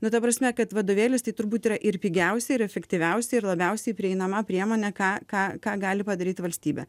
nu ta prasme kad vadovėlis tai turbūt yra ir pigiausia ir efektyviausia ir labiausiai prieinama priemonė ką ką ką gali padaryt valstybė